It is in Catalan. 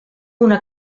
una